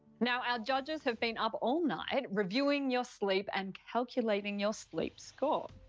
now, our judges have been up um night reviewing your sleep and calculating your sleep score.